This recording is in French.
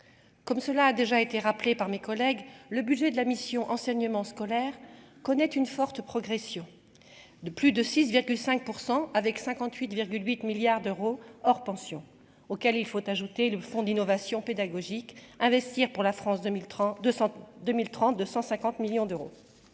comme cela a déjà été rappelé par mes collègues le budget de la mission enseignement scolaire connaît une forte progression de plus de six bien que 5 % avec 58 virgule 8 milliards d'euros hors pensions, auxquels il faut ajouter le fonds d'innovation pédagogique investir pour la France 2000 Tran 202032 150 millions d'euros